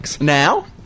Now